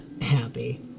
happy